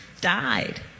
died